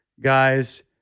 guys